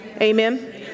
Amen